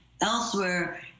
elsewhere